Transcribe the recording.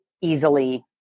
easily